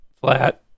flat